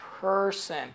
person